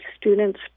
students